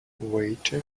waiter